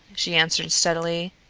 she answered steadily.